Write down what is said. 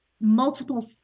multiple